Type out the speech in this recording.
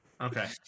Okay